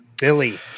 Billy